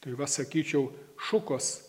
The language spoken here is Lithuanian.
tai va sakyčiau šukos